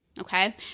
Okay